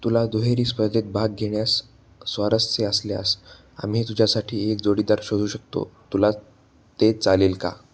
तुला दुहेरी स्पर्धेत भाग घेण्यास स्वारस्य असल्यास आम्ही तुझ्यासाठी एक जोडीदार शोधू शकतो तुला ते चालेल का